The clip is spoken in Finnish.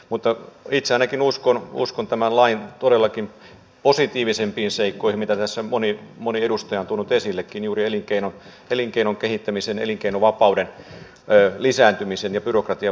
mutta itse ainakin uskon tämän lain todellakin positiivisempiin seikkoihin mitä tässä moni edustaja on tuonut esillekin juuri elinkeinon kehittämisen elinkeinovapauden lisääntymisen ja byrokratian vähentämisen osalta